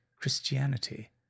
Christianity